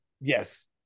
yes